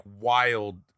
wild